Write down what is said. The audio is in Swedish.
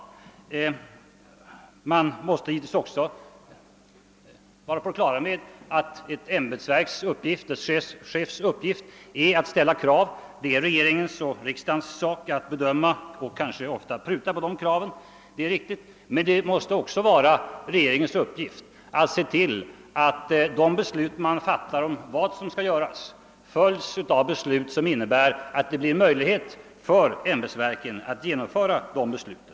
Givetvis måste man också vara på det klara med att ett ämbetsverks och dess chefs uppgift är att ställa krav. Det är regeringens sak att bedöma och kanske också ofta pruta på dessa krav. Men det måste också vara regeringens uppgift att se till att de beslut, man fattar om vad som skall göras, följs av beslut som innebär att det blir möjligt för ämbetsverken att också genomföra dessa beslut.